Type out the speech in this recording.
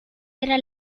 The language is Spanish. era